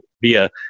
via